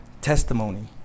testimony